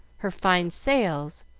her fine sails,